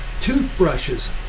toothbrushes